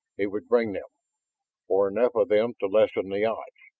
it would bring them or enough of them to lessen the odds.